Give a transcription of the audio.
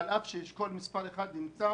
הוא לא רק אירוע מכובד, הוא אירוע היסטורי.